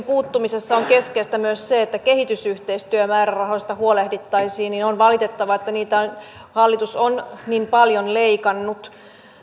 puuttumisessa on keskeistä myös se että kehitysyhteistyömäärärahoista huolehdittaisiin joten on valitettavaa että niitä hallitus on niin paljon leikannut